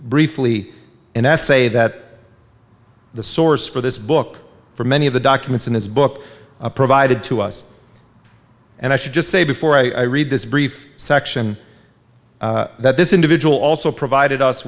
briefly an essay that the source for this book for many of the documents in this book provided to us and i should just say before i read this brief section that this individual also provided us